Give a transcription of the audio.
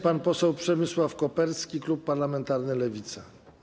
Pan poseł Przemysław Koperski, klub parlamentarny Lewica.